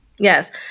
Yes